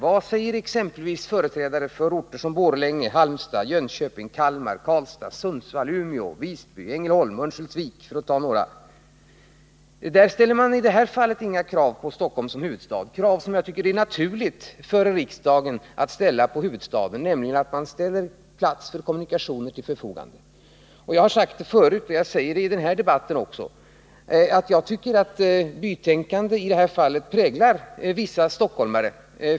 Vad säger exempelvis företrädare för orter som Borlänge, Halmstad, Jönköping, Kalmar, Karlstad, Sundsvall, Umeå, Visby, Ängelholm och Örnsköldsvik? Där ställer man i det här fallet inga krav på Stockholm som huvudstad. Det gäller krav som jag tycker det är naturligt för riksdagen att ställa på huvudstaden, nämligen att plats för kommunikationer skall stå till förfogande. Jag har sagt förut — och jag säger det också i den här debatten — att jag tycker att bytänkande i det här fallet präglar vissa stockholmare.